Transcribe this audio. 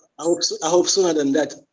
i hope, so i hope so and in that.